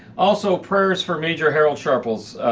also prayers for major harold sharples.